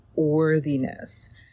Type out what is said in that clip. worthiness